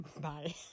Bye